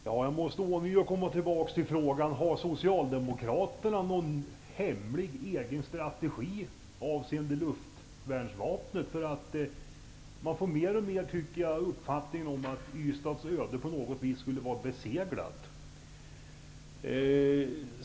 Herr talman! Jag måste komma tillbaka till frågan: Har Socialdemokraterna någon hemlig egen strategi avseende luftvärnsvapnet? Man får mer och mer uppfattningen att Ystads öde på något vis skulle vara beseglat.